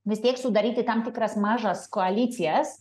vis tiek sudaryti tam tikras mažas koalicijas